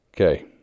Okay